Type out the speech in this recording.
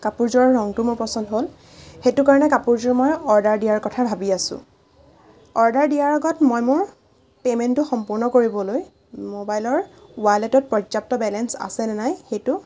কাপোৰযোৰৰ ৰঙটো মোৰ পচন্দ হ'ল সেইটো কাৰণে কাপোৰযোৰ মই অৰ্ডাৰ দিয়াৰ কথা ভাবি আছোঁ অৰ্ডাৰ দিয়াৰ আগত মই মোৰ পে'মেণ্টটো সম্পূৰ্ণ কৰিবলৈ মোবাইলৰ ৱালেটত পৰ্যাপ্ত বেলেঞ্চ আছে নে নাই সেইটো